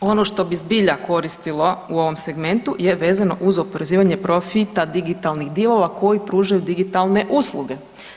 Ono što bi zbilja koristilo u ovom segmentu je vezano uz oporezivanje profita digitalnih divova koji pružaju digitalne usluge.